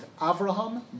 Avraham